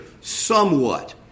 somewhat